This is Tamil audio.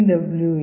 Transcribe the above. டபிள்யூ